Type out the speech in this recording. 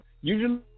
usually